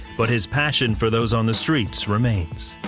but his passion for those on the streets remains.